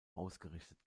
ausgerichtet